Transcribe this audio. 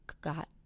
got